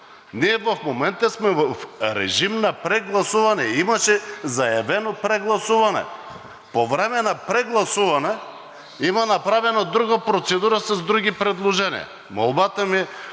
Ние в момента сме в режим на прегласуване, имаше заявено прегласуване. По време на прегласуване има направена друга процедура с други предложения. Молбата ми е,